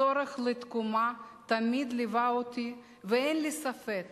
הצורך בתקומה תמיד ליווה אותי, ואין לי ספק